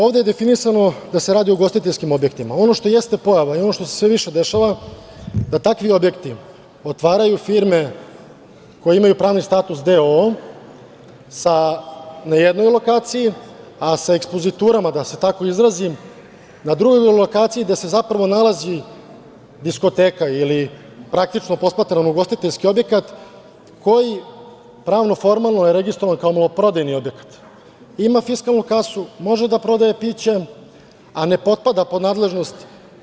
Ovde je definisano da se radi o ugostiteljskim objektima, a ono što jeste pojava i ono što se sve više dešava, da takvi objekti otvaraju firme koje imaju pravi status d.o. na jednoj lokaciji, a sa ekspoziturama, da se tako izrazim, na drugoj lokaciji gde se zapravo nalazi diskoteka ili praktično posmatrano ugostiteljski objekat koji pravno-formalno je registrovan kao maloprodajni objekta, ima fiskalnu kasu, može da prodaje piće, a ne potpada pod nadležnost.